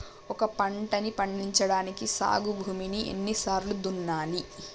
ఒక పంటని పండించడానికి సాగు భూమిని ఎన్ని సార్లు దున్నాలి?